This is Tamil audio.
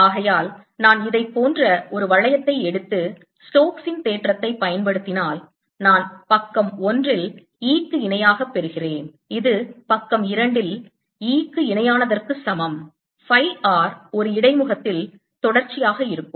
ஆகையால் நான் இதைப் போன்ற ஒரு வளையத்தை எடுத்து ஸ்டோக்ஸின் தேற்றத்தைப் பயன்படுத்தினால் நான் பக்கம் 1 இல் E இணையாகப் பெறுகிறேன் இது பக்கம் 2 இல் E க்கு இணையானதற்கு சமம் phi r ஒரு இடைமுகத்தில் தொடர்ச்சியாக இருக்கும்